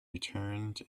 returned